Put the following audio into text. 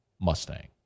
Mustang